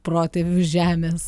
protėvių žemės